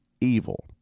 evil